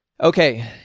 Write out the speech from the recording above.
Okay